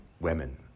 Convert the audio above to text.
Women